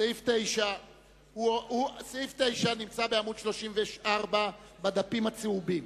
סעיף 9 נמצא בעמוד 34 בדפים הצהובים.